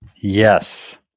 Yes